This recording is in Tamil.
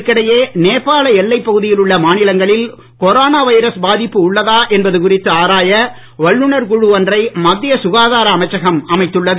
இதற்கிடையே நேபாள எல்லை பகுதியில் உள்ள மாநிலங்களில் கொரோனா வைரஸ் பாதிப்பு உள்ளதா என்பது குறித்து ஆராய வல்லுனர்கள் குழு ஒன்றை மத்திய சுகாதார அமைச்சகம் அமைத்துள்ளது